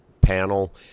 panel